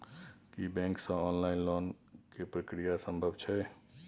की bank से online loan के प्रक्रिया संभव छै?